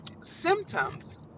symptoms